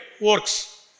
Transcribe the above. works